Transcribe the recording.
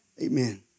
amen